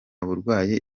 burwayi